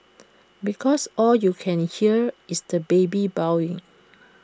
because all you can hear is the baby bawling